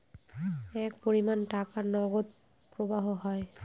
এক পরিমান টাকার নগদ প্রবাহ হয়